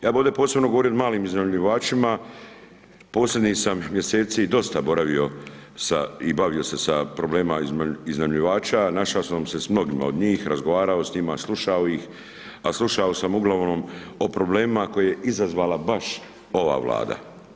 Ja bih ovdje posebno govorio o malim iznajmljivačima, posljednjih sam mjeseci dosta boravio sa, i bavio se sa problemima iznajmljivača, našao sam se s mnogima od njih, razgovarao s njima, slušao ih, a slušao sam uglavnom o problemima koja je izazvala baš ova Vlada.